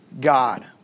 God